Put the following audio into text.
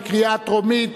בקריאה טרומית.